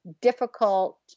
difficult